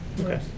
Okay